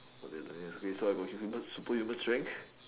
okay nice so I got superhuman strength